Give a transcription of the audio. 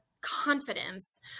confidence